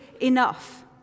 enough